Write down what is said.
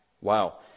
Wow